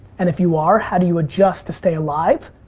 and if you are, how do you adjust to stay alive,